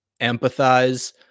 empathize